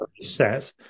set